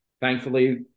Thankfully